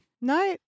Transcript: No